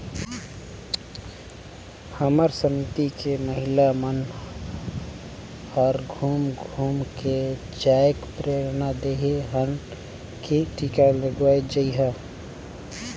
हमर समिति के महिला मन हर घुम घुम के जायके प्रेरना देहे हन की टीका लगवाये जइहा